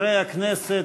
חברי הכנסת,